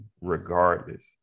regardless